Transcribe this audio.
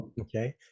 okay